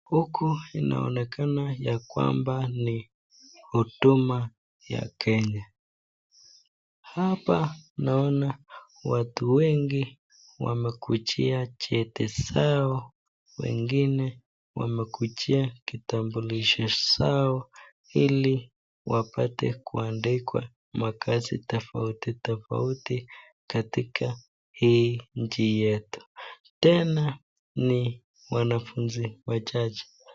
Huku inaonekana ya kwamba ni huduma ya Kenya, hapa naona watu wengi wamekujia cheti zao wengine wamekujia kitambulisho zao ili wapate kuandikwa makazi tofauti tofauti katika hii nchi yetu. Tena ni wanafunzi wachache.